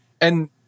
and-